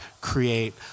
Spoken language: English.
create